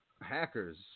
Hackers